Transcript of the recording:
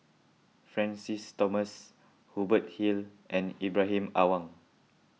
Francis Thomas Hubert Hill and Ibrahim Awang